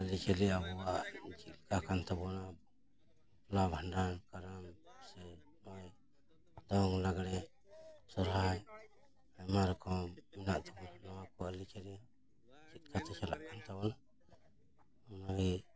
ᱟᱹᱨᱤ ᱪᱟᱹᱞᱤ ᱟᱵᱚᱣᱟᱜ ᱪᱮᱫ ᱞᱮᱠᱟ ᱠᱟᱱ ᱛᱟᱵᱚᱱᱟ ᱵᱟᱯᱞᱟ ᱵᱷᱟᱰᱟᱱ ᱠᱟᱨᱟᱢ ᱫᱚᱝ ᱞᱟᱜᱽᱬᱮ ᱥᱚᱨᱦᱟᱭ ᱟᱭᱢᱟ ᱨᱚᱠᱚᱢ ᱦᱮᱱᱟᱜ ᱛᱟᱵᱚᱱᱟ ᱱᱚᱣᱟ ᱠᱚ ᱟᱹᱨᱤ ᱪᱟᱹᱞᱤ ᱪᱮᱫ ᱞᱮᱠᱟ ᱪᱚᱝ ᱪᱟᱞᱟᱜ ᱠᱟᱱ ᱛᱟᱵᱚᱱ ᱚᱱᱟᱜᱮ